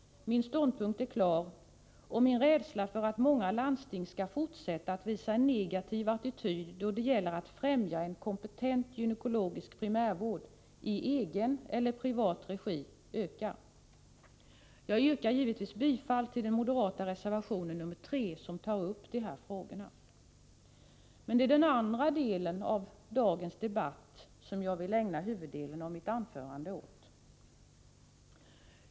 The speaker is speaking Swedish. Min ståndpunkt är klar, och min rädsla för att många landsting skall fortsätta att visa en negativ attityd då det gäller att främja en kompetent gynekologisk primärvård i egen eller privat regi ökar. Jag yrkar givetvis bifall till den moderata reservationen nr 3, där dessa frågor tas upp. Men det är den andra delen av dagens debatt som jag vill ägna huvuddelen av mitt anförande.